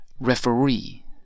referee